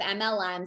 MLMs